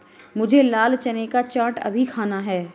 मुझे लाल चने का चाट अभी खाना है